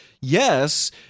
Yes